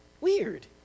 Weird